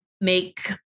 make